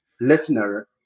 listener